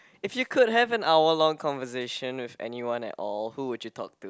if you could have an hour long conversation with anyone at all who will you talk to